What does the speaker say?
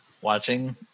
watching